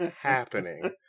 happening